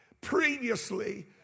previously